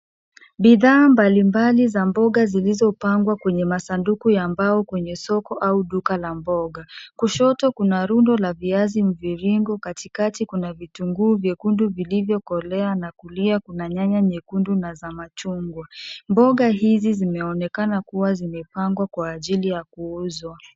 Bidhaa mbali mbali za mboga zilizopangwa kwenye masunduku ya mbao kwenye soko au duka la mboga. Kushoto, kuna rundo la viazi mviringo, katikati kuna vitunguu vyekundu vilivyokolea na kulia kuna nyanya nyekundu na za machungwa. Mboga hizi zinaonekana kuwa zimepangwa kwa ajili ya kuuzwa.